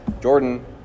Jordan